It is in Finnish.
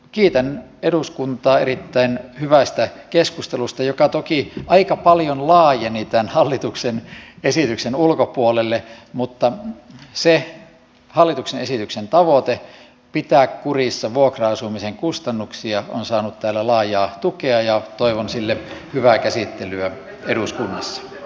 kiitän eduskuntaa erittäin hyvästä keskustelusta joka toki aika paljon laajeni tämän hallituksen esityksen ulkopuolelle mutta se hallituksen esityksen tavoite pitää kurissa vuokra asumisen kustannuksia on saanut täällä laajaa tukea ja toivon sille hyvää käsittelyä eduskunnassa